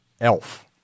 elf